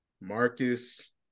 Marcus